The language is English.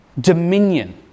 dominion